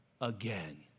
again